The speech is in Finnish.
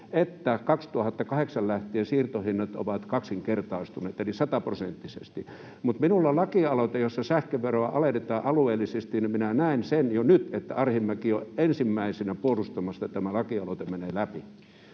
että 2008 lähtien siirtohinnat ovat kaksinkertaistuneet eli sataprosenttisesti. Mutta minulla on lakialoite, jossa sähköveroa alennetaan alueellisesti, ja minä näen sen jo nyt, että Arhinmäki on ensimmäisenä puolustamassa, että tämä lakialoite menee läpi.